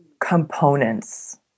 components